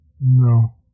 No